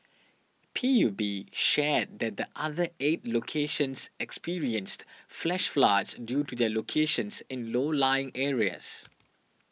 P U B shared that the other eight locations experienced flash floods due to their locations in low lying areas